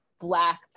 black